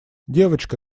девочка